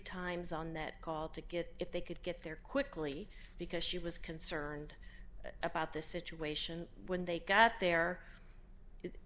times on that call to get if they could get there quickly because she was concerned about the situation when they got there